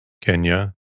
Kenya